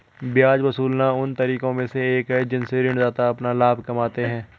ब्याज वसूलना उन तरीकों में से एक है जिनसे ऋणदाता अपना लाभ कमाते हैं